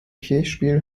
kirchspiel